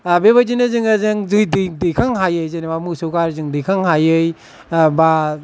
बेबायदिनो जोङो जों दैखांनो हायो जेनेबा मोसौ गारिजों दैखांहायै बा